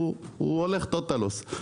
הוא הולך טוטאל לוס.